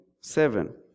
Seven